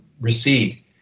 recede